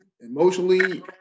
emotionally